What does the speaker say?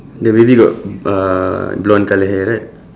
the baby got uh blonde colour hair right